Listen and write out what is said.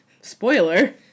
Spoiler